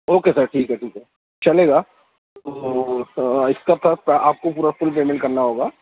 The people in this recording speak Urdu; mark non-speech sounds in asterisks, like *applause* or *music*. اوکے سر ٹھیک ہے ٹھیک ہے چلے گا تو سر اس کا *unintelligible* آپ کو پورا فل پیمنٹ کرنا ہوگا